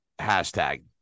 hashtag